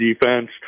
defense